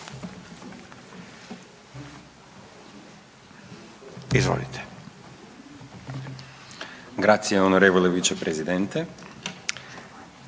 Izvolite.